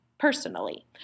personally